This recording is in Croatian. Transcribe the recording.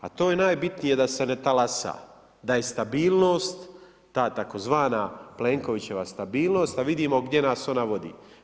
A to je najbitnije da se ne talasa, da je stabilnost ta tzv. Plenkovićeva stabilnost, a vidimo gdje nas ona vodi.